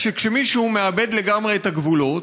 שכאשר מישהו מאבד לגמרי את הגבולות,